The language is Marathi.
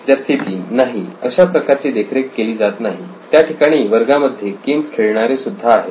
विद्यार्थी 3 नाही अशा प्रकारची देखरेख केली जात नाही त्या ठिकाणी वर्गामध्ये गेम्स खेळणारे सुद्धा आहेत